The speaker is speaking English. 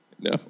No